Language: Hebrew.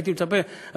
הייתי מצפה,